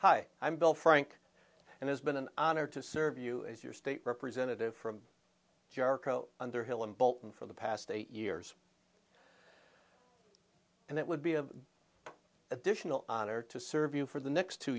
hi i'm bill frank and it's been an honor to serve you as your state representative from jericho underhill and bolton for the past eight years and it would be of additional honor to serve you for the next two